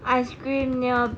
ice cream near